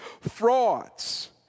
Frauds